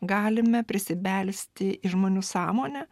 galime prisibelsti į žmonių sąmonę